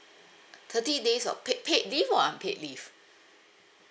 thirty days of paid paid leave or unpaid leave